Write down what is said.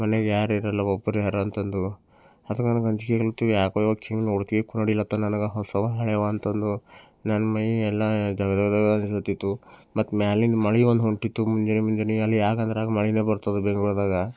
ಮನೆಗೆ ಯಾರೂ ಇರಲ್ಲ ಒಬ್ರು ಯಾರನ್ನ ತಂದು ಅದು ನನಗೊಂದು ಅಂಜಿಕೆ ಐತಿ ಏಕೋ ಚಿನ್ನ ನೋಡ್ತಿ ಕುಲಡಿ ಹತ್ತದ ನನಗೆ ಹೊಸವು ಹಳೆವು ಅಂತಂದು ನನ್ನ ಮೈಯ್ಯೆಲ್ಲ ಧಗ ಧಗ ಧಗ ಅಂತಿತ್ತು ಮತ್ತು ಮೇಲಿಂದ ಮಳೆ ಒಂದು ಹೊಂಟಿತ್ತು ಮುಂಜಾನೆ ಮುಂಜಾನೆ ಅಲ್ಲಿ ಯಾರು ಅಂದ್ರೆ ಮಳೆಯೇ ಬರ್ತದ ಬೆಂಗಳೂರ್ದಾಗ